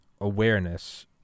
awareness